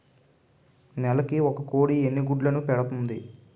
నెలకి ఒక కోడి ఎన్ని గుడ్లను పెడుతుంది?